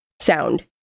sound